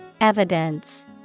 Evidence